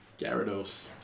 Gyarados